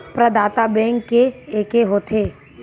प्रदाता बैंक के एके होथे?